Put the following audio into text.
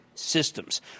Systems